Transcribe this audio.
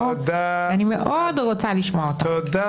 הוא כבר לא חי --- סקאליה.